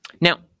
Now